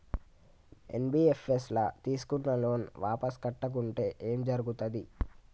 NBFS ల తీస్కున్న loan వాపస్ కట్టకుంటే ఏం జర్గుతది?